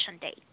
date